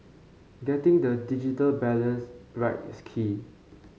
getting the digital balance right is key